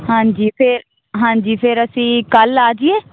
ਹਾਂਜੀ ਫਿਰ ਹਾਂਜੀ ਫਿਰ ਅਸੀਂ ਕੱਲ੍ਹ ਆ ਜਾਈਏ